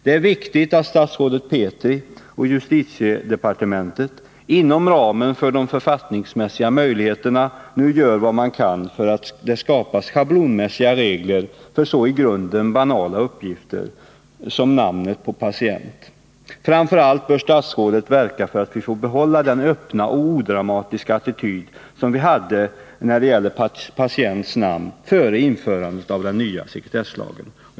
Det är viktigt att statsrådet Petri och justitiedepartementet inom ramen för de författningsmässiga möjligheterna nu gör vad man kan för att skapa schablonmässiga regler för utlämnandet av så i grunden banala uppgifter som namnet på patienter. Framför allt bör statsrådet verka för att vi får behålla den öppna och odramatiska attityd när det gäller patienters namn som vi hade före införandet av den nya sekretesslagen.